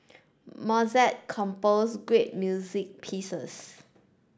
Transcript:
Mozart composed great music pieces